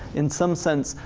in some sense,